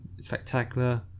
spectacular